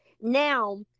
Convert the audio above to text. Now